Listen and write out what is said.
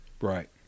Right